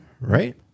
Right